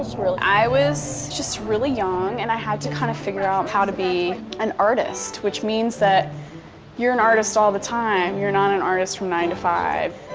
sort of i was just really young, and i had to kinda kind of figure out how to be an artist, which means that you're an artist all the time. you're not an artist from nine to five.